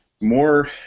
more